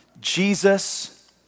Jesus